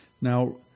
Now